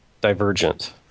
Divergent